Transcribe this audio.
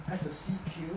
as a C_Q